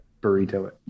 burrito